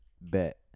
bet